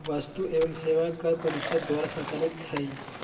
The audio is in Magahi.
वस्तु एवं सेवा कर परिषद द्वारा संचालित हइ